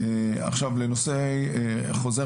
לנושא חוזר